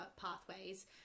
pathways